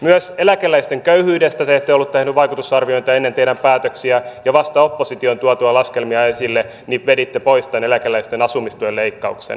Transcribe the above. myöskään eläkeläisten köyhyydestä te ette olleet tehneet vaikutusarviointia ennen teidän päätöksiänne ja vasta opposition tuotua laskelmia esille veditte pois tämän eläkeläisten asumistuen leikkauksen